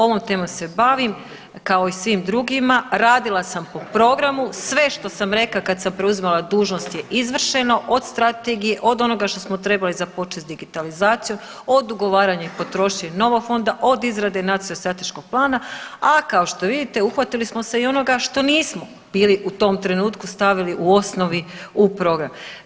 Ovom temom se bavim kao i svim drugima, radila sam po programu sve što sam rekla kada sam preuzimala dužnost je izvršeno od strategije, od onoga što smo trebali započeti s digitalizacijom, od ugovaranja i potrošnje novog fonda, od izrade nacionalnog strateškog plana, a kao što vidite uhvatili smo se i onoga što nismo bili u tom trenutku stavili u osnovi u program.